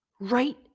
Right